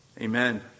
Amen